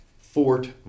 Fort